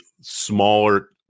smaller